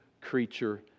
creature